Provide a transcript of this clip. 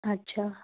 ਅੱਛਾ